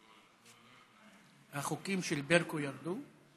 החוקים של ברקו ירדו?